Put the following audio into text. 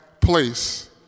place